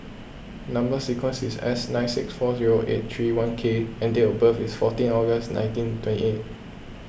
Number Sequence is S nine six four zero eight three one K and date of birth is fourteen August nineteen twenty eight